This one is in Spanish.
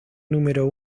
número